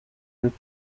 ariko